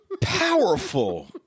powerful